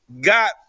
got